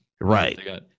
Right